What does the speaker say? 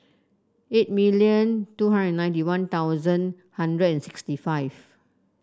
eight million two hundred and ninety One Thousand hundred and sixty five